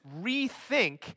rethink